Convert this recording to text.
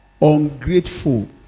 ungrateful